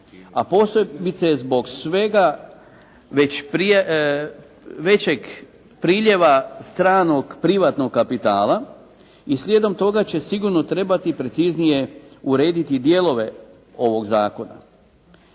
a posebice zbog svega većeg priljeva stranog privatnog kapitala i slijedom toga će sigurno trebati preciznije urediti dijelove ovog zakona.